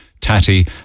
tatty